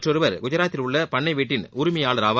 மற்றொருவர் குஜராத்தில் உள்ள பண்னை வீட்டின் உரிமையாளர் ஆவர்